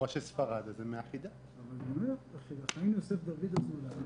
מעל מיליון מובטלים,